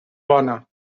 bona